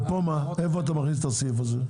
ואיפה תכניס את הסעיף הזה?